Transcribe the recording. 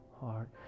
heart